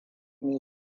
mai